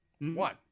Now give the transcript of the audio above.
one